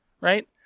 right